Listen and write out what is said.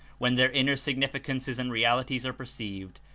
when their inner significances and realities are perceived,